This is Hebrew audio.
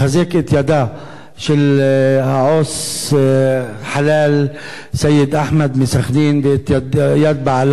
לחזק את ידיה של העובדת הסוציאלית חלאל סייד אחמד מסח'נין ואת ידי בעלה,